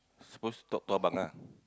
supposed to talk to abang ah